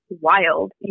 wild